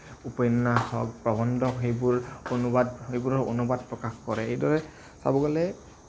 উপন্যাস হওঁক প্ৰবন্ধ সেইবোৰ অনুবাদ সেইবোৰৰ অনুবাদ প্ৰকাশ কৰে এইদৰে চাব গ'লে